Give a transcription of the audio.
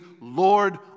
Lord